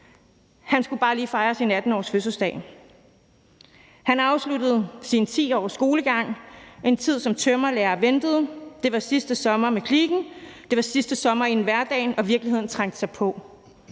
Han skulle bare lige fejre sin 18-årsfødselsdag. Han afsluttede sine 10 års skolegang; en tid i tømrerlære ventede. Det var sidste sommer med kliken. Det var sidste sommer, inden hverdagen og virkeligheden trængte sig på.